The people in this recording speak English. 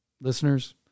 listeners